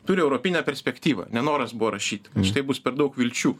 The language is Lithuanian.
turi europinę perspektyvą nenoras buvo rašyti štai bus per daug vilčių